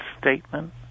statement